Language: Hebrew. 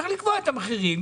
צריך לקבוע את המחירים,